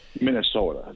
Minnesota